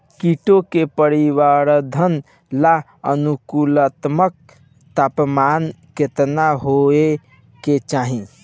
कीटो के परिवरर्धन ला अनुकूलतम तापमान केतना होए के चाही?